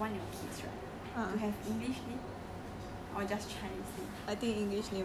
although you got english name next time if you want your kids to right to have english name